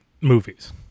movies